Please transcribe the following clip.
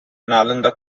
nalanda